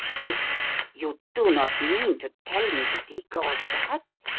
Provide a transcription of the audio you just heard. you you do not mean to tell me that he caused that?